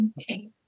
Okay